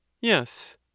Yes